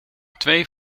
twee